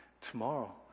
Tomorrow